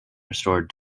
restored